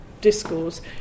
Discourse